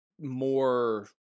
more